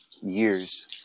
years